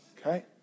okay